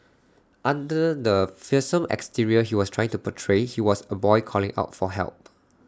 under the fearsome exterior he was trying to portray he was A boy calling out for help